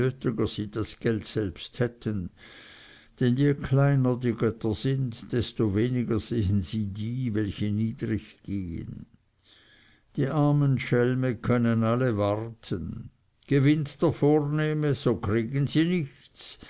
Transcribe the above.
sie das geld selbst hätten denn je kleiner die götter sind desto weniger sehen sie die welche niedrig gehen die armen schelme alle können warten gewinnt der vornehme kriegen sie nichts